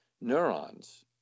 neurons